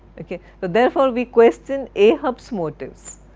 ok. but therefore we question ahab's motives.